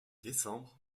décembre